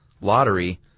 lottery